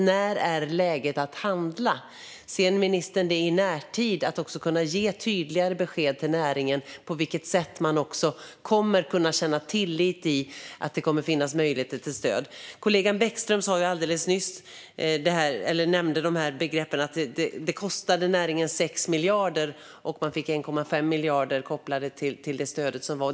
När är det läge att handla? Ser ministern att han i närtid ska kunna ge tydligare besked till näringen så att den kan känna tillit till att det kommer att finnas möjlighet till stöd? Kollegan Bäckström nämnde nyss att det kostade näringen 6 miljarder och att den fick 1,5 miljarder ur det stöd som fanns.